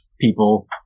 people